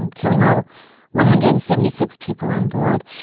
and killing all one hundred and seventy six people onboard.